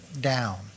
down